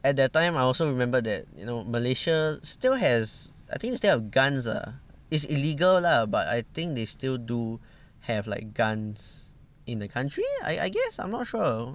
at that time I also remember that you know malaysia still has I think still have guns ah is illegal lah but I think they still do have like guns in the country I I guess I'm not sure